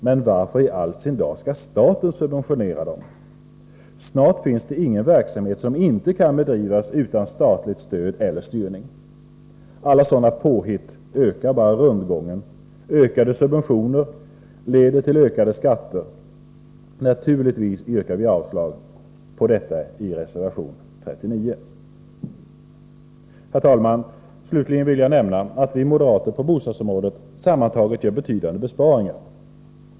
Men varför i all sin dar skall staten subventionera dem? Snart finns det ingen verksamhet som kan bedrivas utan statligt stöd eller styrning. Alla sådana påhitt bara ökar rundgången. Ökade subventioner leder till ökade skatter. Naturligtvis yrkar vi avslag på detta förslag — det sker i reservation 39. Herr talman! Slutligen vill jag nämna att vi moderater på bostadsområdet sammantaget gör betydande besparingar.